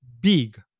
big